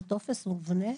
זה טופס מובנה?